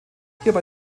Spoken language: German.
hierbei